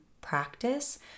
practice